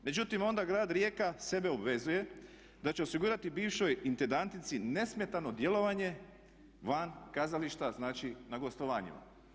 Međutim, onda Grad Rijeka sebe obvezuje da će osigurati bivšoj intendantici nesmetano djelovanje van kazališta, znači na gostovanjima.